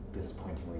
disappointingly